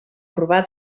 urbà